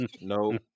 No